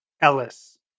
Ellis